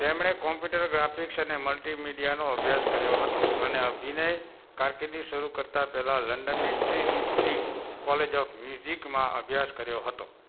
તેમણે computer graphics અને મલ્ટિમીડિયાનો અભ્યાસ કર્યો હતો અને અભિનય કારકિર્દી શરૂ કરતા પહેલાં લંડનની ટ્રિનિટી કોલેજ ઓફ મ્યુઝિકમાં અભ્યાસ કર્યો હતો